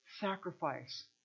sacrifice